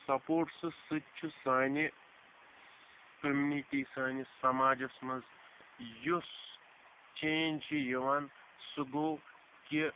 سَپوٹسَس سۭتۍ چھُ سانہِ کومیونِٹی سٲنِس سَماجَس منٛز یُس چینٛج چھُ یِوان سہُ گوٚو کہ